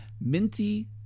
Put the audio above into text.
minty